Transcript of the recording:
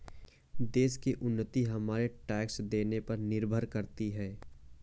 देश की उन्नति हमारे टैक्स देने पर निर्भर करती है